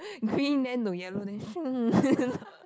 green then to yellow then shoong